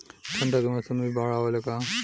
ठंडा के मौसम में भी बाढ़ आवेला का?